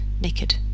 naked